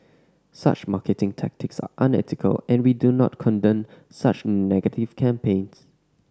such marketing tactics are unethical and we do not condone such negative campaigns